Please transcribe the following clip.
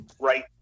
right